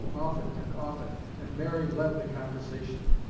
often and often, and mary led the conversation.